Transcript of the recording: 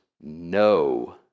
no